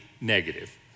negative